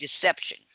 deception